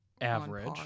average